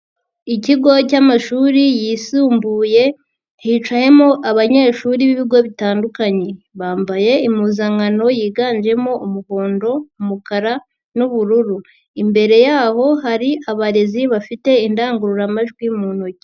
Ikigo cy'amashuri yisumbuye hicayemo abanyeshuri b'ibigo bitandukanye, bambaye impuzankano yiganjemo umuhondo, umukara n'ubururu, imbere yabo hari abarezi bafite indangururamajwi mu ntoki.